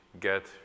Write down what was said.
get